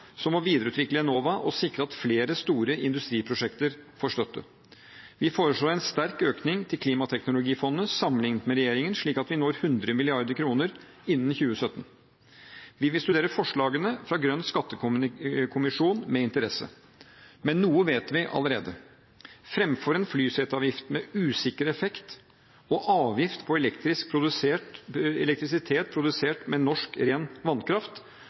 som å videreutvikle Enova og sikre at flere store industriprosjekter får støtte. Vi foreslår en sterk økning til klimateknologifondet sammenlignet med regjeringen, slik at vi når 100 mrd. kr innen 2017. Vi vil studere forslagene fra Grønn skattekommisjon med interesse, men noe vet vi allerede. Framfor en flyseteavgift med usikker effekt og avgift på elektrisitet produsert med ren norsk vannkraft,